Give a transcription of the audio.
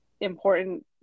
important